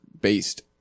based